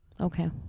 Okay